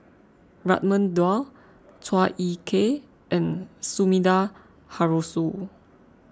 Raman Daud Chua Ek Kay and Sumida Haruzo